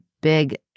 big